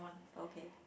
okay